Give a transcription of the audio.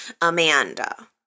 Amanda